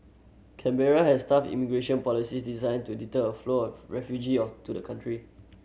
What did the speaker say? Canberra has tough immigration policies designed to deter a flow of refugee of to the country